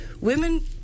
women